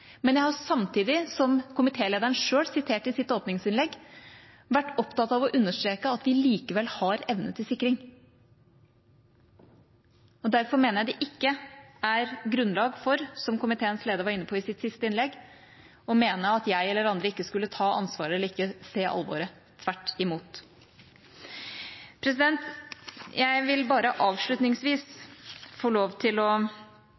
men jeg har samtidig, som komitélederen selv siterte i sitt åpningsinnlegg, vært opptatt av å understreke at vi likevel har evne til sikring. Derfor mener jeg det ikke er grunnlag for, som komiteens leder var inne på i sitt siste innlegg, å mene at jeg eller andre ikke skulle ta ansvaret eller ikke se alvoret – tvert imot. Jeg vil avslutningsvis få lov til å